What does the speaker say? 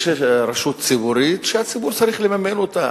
רשות ציבורית שהציבור צריך לממן אותה.